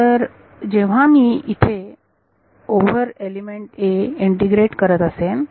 तर जेव्हा मी इथे ओवर एलिमेंट a इंटिग्रेट करत असेन